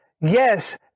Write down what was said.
yes